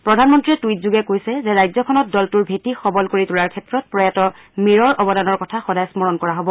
প্ৰধানমন্ত্ৰীয়ে টুইট যোগে কৈছে যে ৰাজ্যখনত দলটোৰ ভেটি সবল কৰি তোলাৰ ক্ষেত্ৰত প্ৰয়াত মীৰৰ অৱদানৰ কথা সদায় স্মৰণ কৰা হ'ব